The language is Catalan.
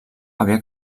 havia